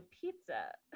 pizza